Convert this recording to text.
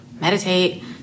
meditate